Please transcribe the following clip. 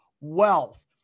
wealth